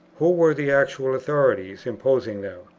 who were the actual authorities imposing them?